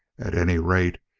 at any rate,